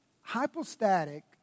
Hypostatic